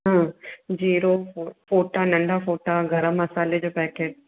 जीरो फोटा नंढ़ा फोटा गरमु मसाले जो पैकेट